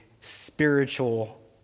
spiritual